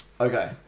Okay